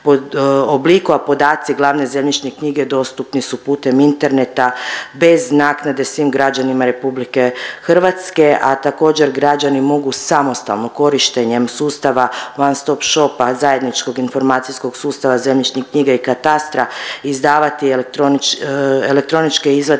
obliku, a podaci glavne zemljišne knjige dostupni su putem interneta bez naknade svim građanima RH, a također građani mogu samostalno korištenjem sustava one-stop-shopa zajedničkog informacijskog sustava zemljišne knjige i katastra izdavati elektroničke izvatke